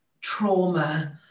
trauma